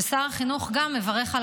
אני אומר בתמציתיות שגם שר החינוך מברך על